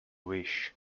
wish